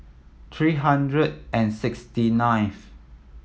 three hundred and sixty ninth